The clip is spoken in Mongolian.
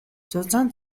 зузаан